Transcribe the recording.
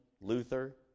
Luther